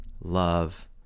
love